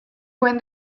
when